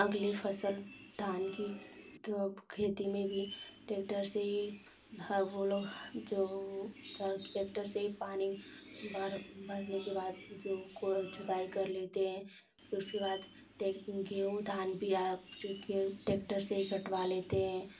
अगले फसल धान की खेती में भी ट्रैक्टर से ही ह वो लोग जा के ट्रैक्टर से पानी भर भरने बाद कोड़ जोताई कर लेते हैं उसके बाद टेक गेहूँ धान भी आ ट्रैक्टर से ही कटवा लेते हैं